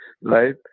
right